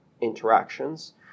interactions